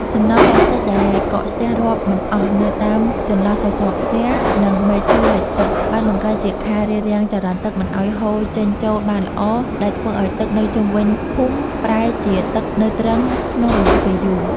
សំណល់ផ្លាស្ទិកដែលកកស្ទះរាប់មិនអស់នៅតាមចន្លោះសសរផ្ទះ និងមែកឈើលិចទឹក បានបង្កើតជាខែលរារាំងចរន្តទឹកមិនឱ្យហូរចេញចូលបានល្អ ដែលធ្វើឱ្យទឹកនៅជុំវិញភូមិប្រែជាទឹកនៅទ្រឹងក្នុងរយៈពេលយូរ។